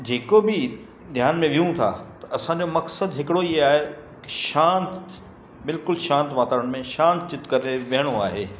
जेको बि ध्यान में वियूं था असांजो मक़सदु हिकिड़ो ई आहे शांति बिल्कुलु शांति वातावरण में शाति चित्त करे विहिणो आहे